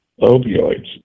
opioids